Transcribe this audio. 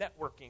networking